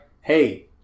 hey